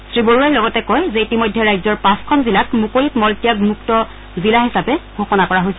শ্ৰীবৰুৱাই লগতে কয় যে ইতিমধ্যে ৰাজ্যৰ পাঁচখন জিলাক মুকলিত মল ত্যাগমুক্ত জিলা হিচাপে ঘোষণা কৰা হৈছে